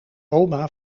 oma